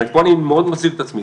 ופה אני מאוד מזהיר את עצמי,